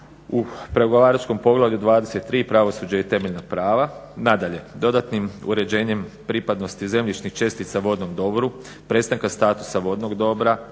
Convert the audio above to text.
u pregovaračkom Poglavlju 23. – Pravosuđe i temeljna prava. Nadalje, dodatnim uređenjem pripadnosti zemljišnih čestica vodnom dobru, prestanka statusa vodnog dobra,